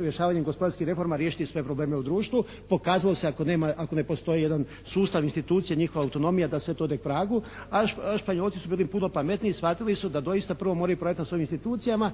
rješavanjem gospodarskih reforma riješiti sve probleme u društvu pokazalo se ako nema, ako ne postoji jedan sustav institucija, njihova autonomija da sve to ode k vragu, a Španjolci su bili puno pametniji. Shvatili su da doista prvo moraju poraditi na svojim institucijama